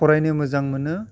फरायनो मोजां मोनो